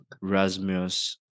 Rasmus